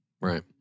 Right